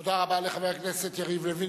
תודה רבה לחבר הכנסת יריב לוין,